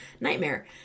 nightmare